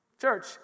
Church